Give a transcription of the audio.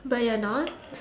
but you're not